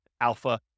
alpha